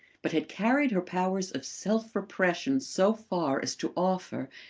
but had carried her powers of self-repression so far as to offer,